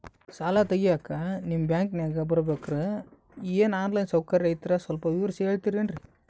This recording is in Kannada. ಸಾಲ ತೆಗಿಯೋಕಾ ನಾವು ನಿಮ್ಮ ಬ್ಯಾಂಕಿಗೆ ಬರಬೇಕ್ರ ಏನು ಆನ್ ಲೈನ್ ಸೌಕರ್ಯ ಐತ್ರ ಸ್ವಲ್ಪ ವಿವರಿಸಿ ಹೇಳ್ತಿರೆನ್ರಿ?